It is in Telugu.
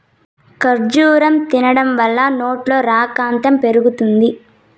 ఖర్జూరం తినడం వల్ల ఒంట్లో రకతం పెరుగుతుంది